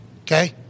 okay